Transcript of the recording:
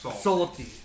Salty